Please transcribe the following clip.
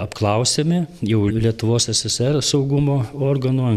apklausiami jau lietuvos ssr saugumo organų